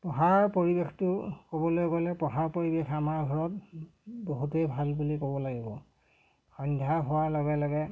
পঢ়াৰ পৰিৱেশটো ক'বলৈ গ'লে পঢ়াৰ পৰিৱেশ আমাৰ ঘৰত বহুতেই ভাল বুলি ক'ব লাগিব সন্ধ্যা হোৱাৰ লগে লগে